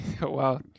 Wow